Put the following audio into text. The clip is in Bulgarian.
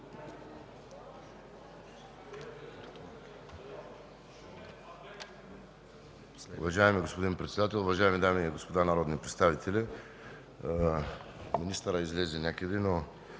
Министърът излезе някъде, но